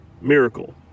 miracle